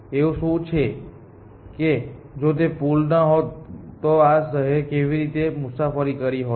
એવું શું છે કે જો તે પુલ ન હોત તો આ શહેર કેવી રીતે મુસાફરી કરી હોત